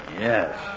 Yes